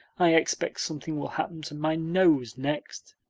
i expect something will happen to my nose next.